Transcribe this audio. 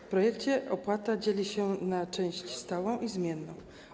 W projekcie opłata dzieli się na część stałą i zmienną.